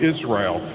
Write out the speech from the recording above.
Israel